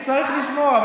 צריך לשמוע,